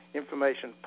information